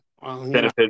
benefit